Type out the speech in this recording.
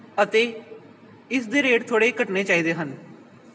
ਅਤੇ ਇਸ ਦੇ ਰੇਟ ਥੋੜ੍ਹੇ ਘਟਣੇ ਚਾਹੀਦੇ ਹਨ